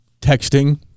texting